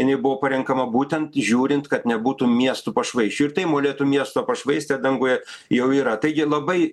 jinai buvo parenkama būtent žiūrint kad nebūtų miestų pašvaisčių ir tai molėtų miesto pašvaistė danguje jau yra taigi labai